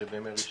הם בימי ראשון,